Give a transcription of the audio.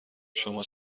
شما